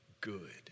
good